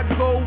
go